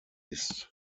ist